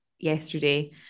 yesterday